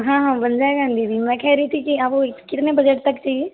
हाँ हाँ बन जाएगा न दीदी मैं कह रही थी कि आपको कितने बजट तक चाहिए